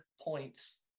points